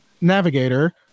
navigator